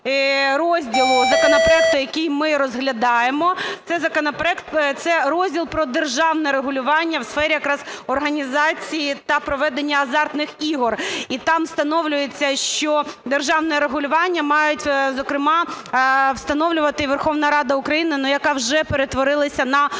розділу законопроекту, який ми розглядаємо. Це розділ про державне регулювання в сфері якраз організації та проведення азартних ігор і там встановлюється, що державне регулювання мають, зокрема, встановлювати Верховна Рада України, яка вже перетворилася на рулетку.